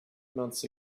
months